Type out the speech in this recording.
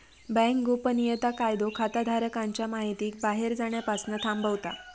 bank गोपनीयता कायदो खाताधारकांच्या महितीक बाहेर जाण्यापासना थांबवता